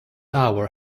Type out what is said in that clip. hour